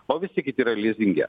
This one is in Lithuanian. o visi kiti yra lizinge